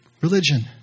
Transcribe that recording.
religion